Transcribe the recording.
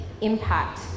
impact